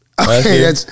Okay